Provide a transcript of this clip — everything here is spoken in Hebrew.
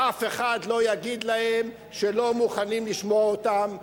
ואף אחד לא יגיד להם שלא מוכנים לשמוע אותם,